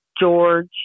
George